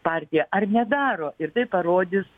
partija ar nedaro ir tai parodys